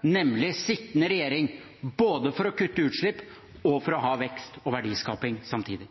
nemlig sittende regjering, både for å kutte utslipp og for å ha vekst og verdiskaping samtidig.